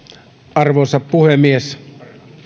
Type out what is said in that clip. arvoisa puhemies